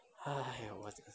!aiyo!